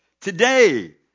today